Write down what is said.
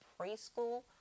preschool